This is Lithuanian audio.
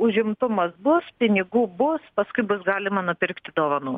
užimtumas bus pinigų bus paskui bus galima nupirkti dovanų